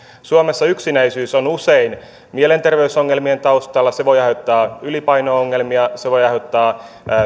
suomessa yksinäisyys on usein mielenterveysongelmien taustalla se voi aiheuttaa ylipaino ongelmia se voi aiheuttaa